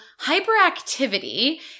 hyperactivity